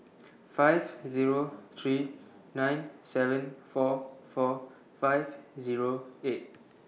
five Zero three nine seven four four five Zero eight